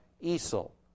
easel